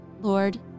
Lord